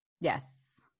Yes